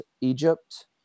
Egypt